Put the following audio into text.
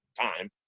time